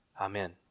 Amen